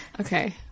Okay